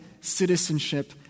citizenship